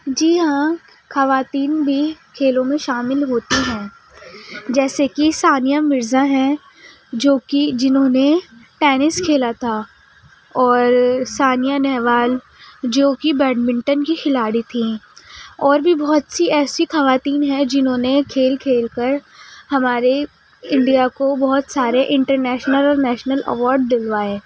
جی ہاں خواتین بھی کھیلوں میں شامل ہوتی ہیں جیسے کہ ثانیہ مرزا ہیں جوکہ جنہوں نے ٹینس کھیلا تھا اور سانیا نہوال جوکہ بیڈمنٹن کی کھلاڑی تھیں اور بہت سی ایسی خواتین ہیں جنہوں نے کھیل کھیل کر ہمارے انڈیا کو بہت سارے انٹرنیشنل اور نیشنل اواڈ دلوائے